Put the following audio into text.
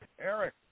Eric